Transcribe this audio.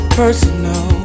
personal